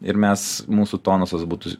ir mes mūsų tonusas būtų